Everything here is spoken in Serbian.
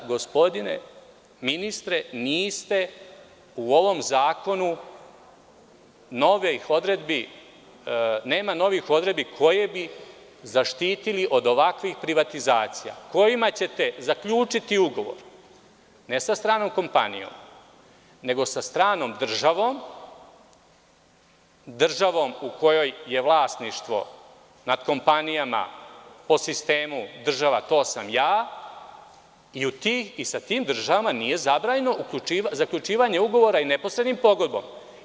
Gospodine ministre, u ovom zakonu nema novih odredbi koje bi zaštitile od ovakvih privatizacija, kojima ćete zaključiti ugovor, ne sa stranom kompanijom, nego sa stranom državom, državom u kojoj je vlasništvo nad kompanijama po sistemu – država to sam ja i sa tim državama nije zabranjeno zaključivanje ugovora neposrednom pogodbom.